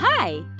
Hi